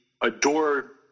adore